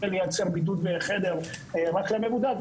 לייצר בידוד בחדר רק למבודד,